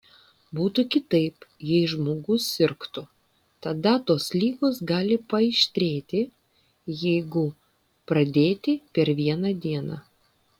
būtų kitaip jei žmogus sirgtų tada tos ligos gali paaštrėti jeigu pradėti per vieną dieną